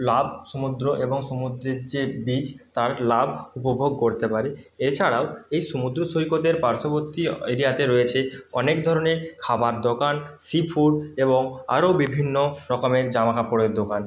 লাভ সমুদ্র এবং সমুদ্রের যে বিচ তার লাভ উপভোগ করতে পারে এছাড়াও এই সমুদ্র সৈকতের পার্শ্ববর্তী এরিয়াতে রয়েছে অনেক ধরনের খাবার দোকান সি ফুড এবং আরও বিভিন্ন রকমের জামাকাপড়ের দোকান